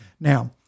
Now